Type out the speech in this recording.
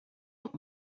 want